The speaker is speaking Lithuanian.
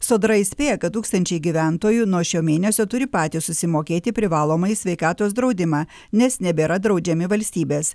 sodra įspėja kad tūkstančiai gyventojų nuo šio mėnesio turi patys susimokėti privalomąjį sveikatos draudimą nes nebėra draudžiami valstybės